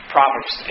Proverbs